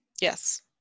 yes